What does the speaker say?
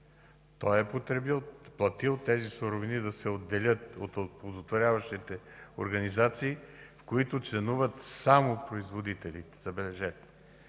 Той е платил тези суровини да се отделят от оползотворяващите организации, в които членуват само производителите, забележете.